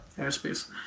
airspace